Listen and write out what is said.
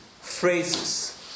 phrases